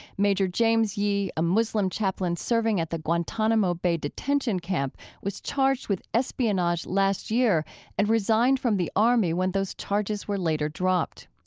major james yee, a muslim chaplain serving at the guantanamo bay detention camp, was charged with espionage last year and resigned from the army when those charges were later dropped.